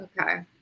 Okay